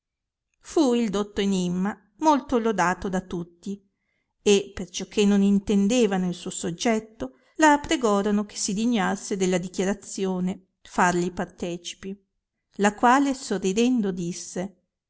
fu il dotto enimma molto lodato da tutti e perciò che non intendevano il suo soggetto la pregorono che si dignasse della dichiarazione farli partecipi la quale sorridendo disse